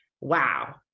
Wow